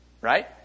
Right